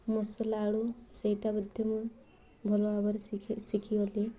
ମସଲା ଆଳୁ ସେଇଟା ବୋଧେ ମୁଁ ଭଲ ଭାବରେ ଶିଖି ଶିଖିଗଲି